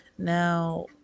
Now